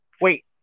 wait